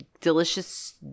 delicious